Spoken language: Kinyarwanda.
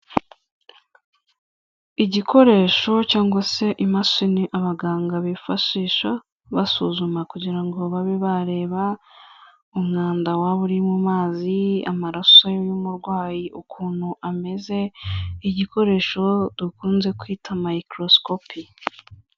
Igikoresho cyangwa se imashini abaganga bifashisha, basuzuma kugira ngo babe bareba umwanda waba uri mu mazi, amaraso y'umurwayi ukuntu ameze, igikoresho dukunze kwita microscope.